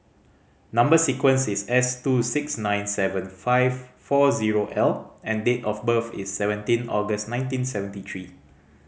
number sequence is S two six nine seven five four zero L and date of birth is seventeen August nineteen seventy three